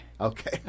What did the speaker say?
Okay